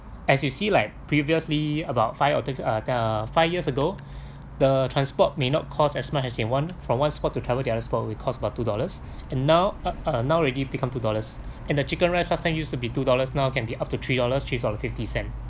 as you see like previously about five or six are the five years ago the transport may not cost as much as they want from one spot to travel there other sport will cost about two dollars and now are now ready become two dollars and the chicken rice last time used to be two dollars now can be up to three dollars change on the fifty cent